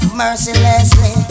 mercilessly